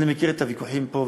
אני מכיר את הוויכוחים פה,